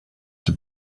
have